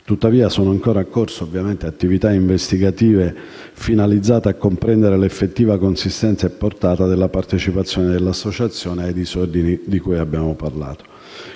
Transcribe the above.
Tuttavia, sono ancora in corso attività investigative finalizzate a comprendere l'effettiva consistenza e portata della partecipazione dell'associazione ai disordini di cui abbiamo parlato.